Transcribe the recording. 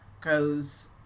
goes